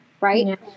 right